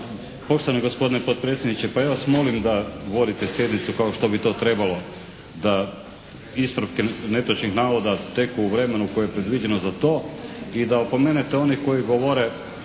Poštovani gospodine potpredsjedniče! Pa ja vas molim da vodite sjednicu kao što bi to trebalo da ispravke netočnih navoda teku u vremenu koje je predviđeno za to i da opomenete one koji govore